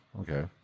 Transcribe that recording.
Okay